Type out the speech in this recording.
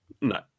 no